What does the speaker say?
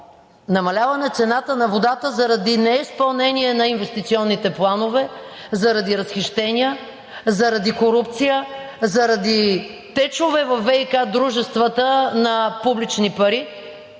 намаляване цената на водата заради неизпълнение на неинвестиционните планове заради разхищения, заради корупция, заради течове във ВиК дружествата на публични пари